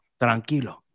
tranquilo